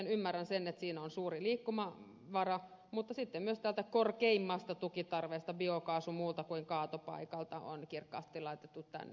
ymmärrän sen että siinä on suuri liikkumavara mutta sitten myös tämä korkein tukitarve biokaasulle muualta kuin kaatopaikalta on kirkkaasti laitettu tänne